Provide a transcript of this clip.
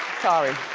sorry.